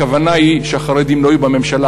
הכוונה היא שהחרדים לא יהיו בממשלה,